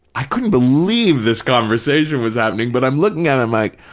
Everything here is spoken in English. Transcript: i couldn't believe this conversation was happening, but i'm looking at him like,